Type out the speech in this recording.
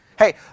Hey